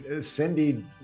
Cindy